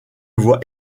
voit